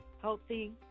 healthy